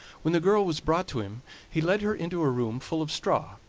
when the girl was brought to him he led her into a room full of straw,